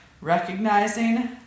recognizing